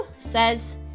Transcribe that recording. says